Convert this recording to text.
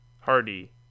Hardy